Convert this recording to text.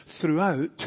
throughout